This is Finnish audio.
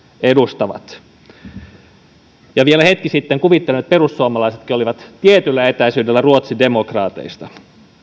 edustavat vielä hetki sitten kuvittelin että perussuomalaisetkin olivat tietyllä etäisyydellä ruotsidemokraateista